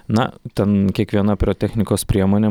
na ten kiekviena pirotechnikos priemonė